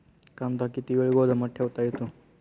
कांदा किती वेळ गोदामात ठेवता येतो?